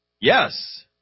Yes